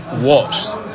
watched